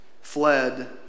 fled